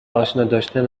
آشناداشتن